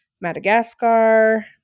Madagascar